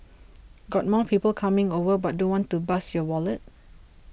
got more people coming over but don't want to bust your wallet